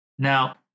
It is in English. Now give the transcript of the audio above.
Now